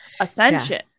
ascension